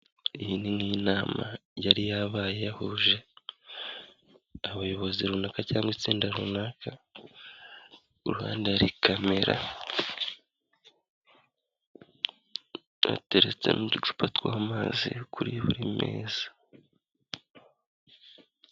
Iyi ni nk'inama yari yabaye yahuje abayobozi runaka cyangwa itsinda runaka, kuruhande hari kamera hateretse n'uducupa tw'amazi kuri buri meza.